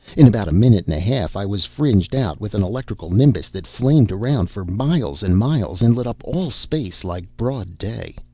in about a minute and a half i was fringed out with an electrical nimbus that flamed around for miles and miles and lit up all space like broad day.